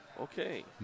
Okay